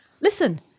Listen